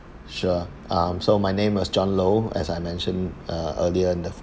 sure um so my name was john low as I mentioned e~ earlier in the